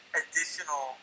additional